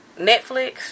Netflix